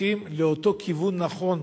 הולכות לאותו כיוון נכון.